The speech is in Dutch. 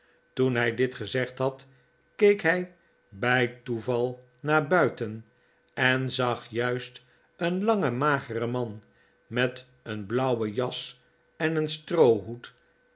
toen hij dit gezegd had keek hij bij toeval naar buiten en zag juist een langen mageren man met een blauwe jas en een stroohoed